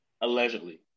allegedly